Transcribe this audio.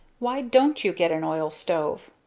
why don't you get an oil stove?